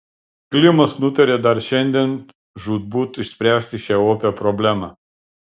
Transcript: klimas nutarė dar šiandien žūtbūt išspręsti šią opią problemą